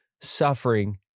suffering